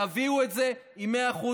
תביאו את זה עם 100%,